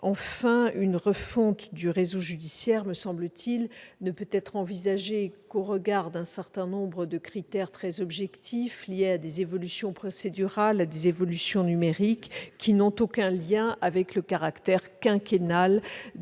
Enfin, une refonte du réseau judiciaire, me semble-t-il, ne peut être envisagée qu'au regard d'un certain nombre de critères très objectifs liés à des évolutions procédurales et à des évolutions numériques ne présentant aucun caractère quinquennal.